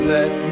Let